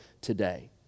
today